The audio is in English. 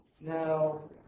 Now